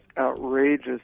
outrageous